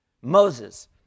Moses